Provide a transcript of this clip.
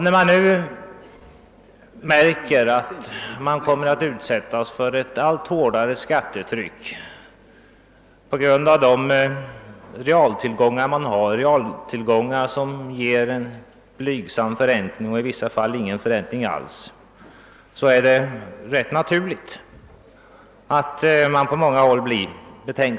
När man nu märker att man kommer att utsättas för ett allt hårdare skattetryck på grund av de realtillgångar man har, realtillgångar som ger en blygsam förräntning och i vissa fall ingen förräntning alls, är det givet att betänksamheten på många håll ökar.